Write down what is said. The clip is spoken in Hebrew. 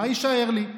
מה יישאר לי?